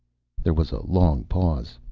there was a long pause.